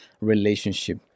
relationship